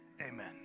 amen